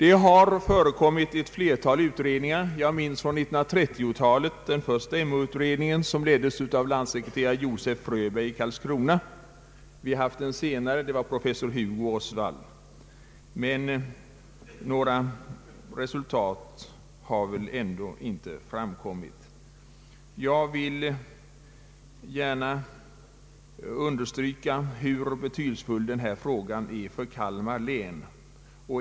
Ett flertal utredningar har förekommit. Jag minns från 1930-talet den första Emåutredningen, som leddes av landssekreterare Josef Fröberg i Karlskrona. Vi har också haft en senare utredning ledd av professor Hugo Osvald. Men några resultat har ändå inte framkommit! Jag vill gärna understryka hur betydelsefull denna fråga är för Kalmar län.